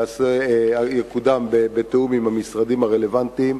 יקודם בתיאום עם המשרדים הרלוונטיים.